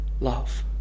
love